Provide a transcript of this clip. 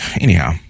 anyhow